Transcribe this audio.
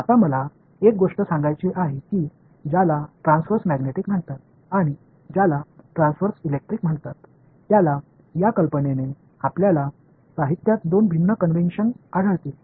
आता मला एक गोष्ट सांगायची आहे की ज्याला ट्रान्सव्हर्स मॅग्नेटिक म्हणतात आणि ज्याला ट्रान्सव्हर्स इलेक्ट्रिक म्हणतात त्याला या कल्पनेने आपल्याला साहित्यात दोन भिन्न कन्वेन्शन आढळतील